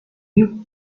you